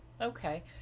Okay